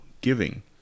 giving